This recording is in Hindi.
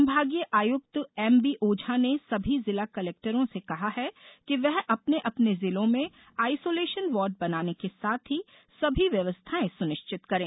संभागीय आयुक्त एमबी ओझा ने सभी जिला कलेक्टरों से कहा है कि वे अपने अपने जिलों में आइसोलेशन वार्ड बनाने के साथ ही सभी व्यवस्थाएं सुनिश्चित करें